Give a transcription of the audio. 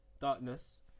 darkness